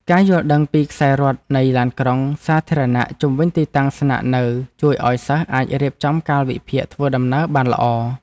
ការយល់ដឹងពីខ្សែរត់នៃឡានក្រុងសាធារណៈជុំវិញទីតាំងស្នាក់នៅជួយឱ្យសិស្សអាចរៀបចំកាលវិភាគធ្វើដំណើរបានល្អ។